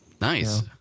Nice